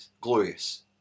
glorious